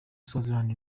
swaziland